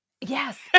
Yes